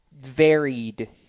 varied